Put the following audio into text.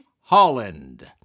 Holland